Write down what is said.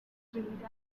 trinidad